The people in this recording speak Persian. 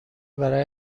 برای